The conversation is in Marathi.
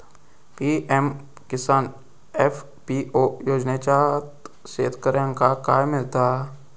पी.एम किसान एफ.पी.ओ योजनाच्यात शेतकऱ्यांका काय मिळता?